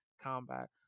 Combat